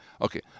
okay